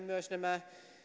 myös nämä